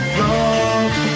love